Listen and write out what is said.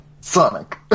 Sonic